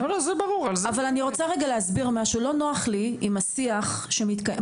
אבל אני רוצה להגיד שלא נוח לי עם השיח שמתקיים.